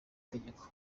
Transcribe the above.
itegeko